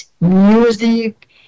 music